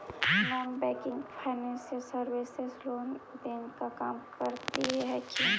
Non banking financial services loan देने का काम करती है क्यू?